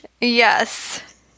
Yes